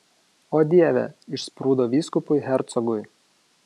o dieve išsprūdo vyskupui hercogui